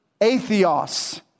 atheos